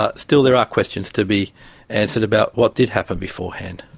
ah still, there are questions to be answered about what did happen beforehand.